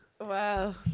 Wow